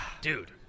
Dude